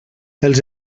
els